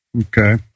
Okay